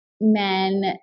men